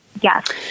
Yes